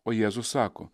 o jėzus sako